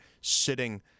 sitting